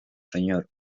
señor